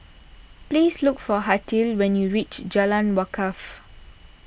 please look for Hartley when you reach Jalan Wakaff